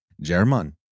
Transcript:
German